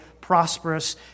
prosperous